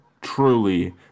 truly